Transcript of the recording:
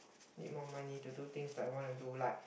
need more money to do things that I want to do like